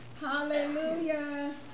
Hallelujah